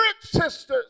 sisters